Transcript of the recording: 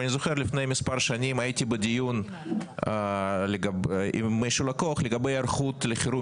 ואני זוכר לפני מספר שנים הייתי בדיון של לקוח לגבי היערכות לחירום,